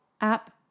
App